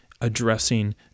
addressing